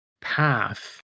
path